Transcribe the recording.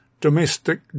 domestic